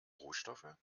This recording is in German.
rohstoffe